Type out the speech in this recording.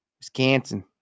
Wisconsin